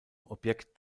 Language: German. objekt